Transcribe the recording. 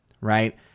right